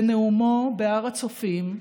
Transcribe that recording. בנאומו בהר הצופים.